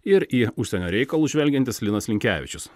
ir į užsienio reikalus žvelgiantis linas linkevičius